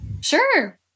Sure